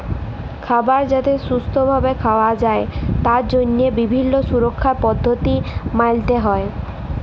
খাবার যাতে সুস্থ ভাবে খাওয়া যায় তার জন্হে বিভিল্য সুরক্ষার পদ্ধতি মালতে হ্যয়